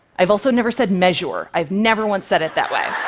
i've also never said mezhure, i've never once said it that way.